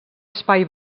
espai